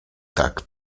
tak